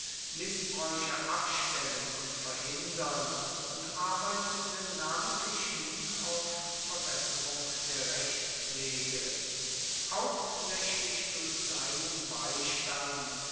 mißbräuche abstellen und verhindern und arbeitete namentlich hin auf verbesserung der rechtspflege hauptsächlich durch seinen beistand